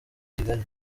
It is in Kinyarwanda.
kigali